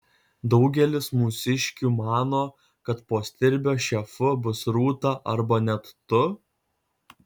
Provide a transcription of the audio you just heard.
daugelis mūsiškių mano kad po stirbio šefu bus rūta arba net tu